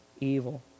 evil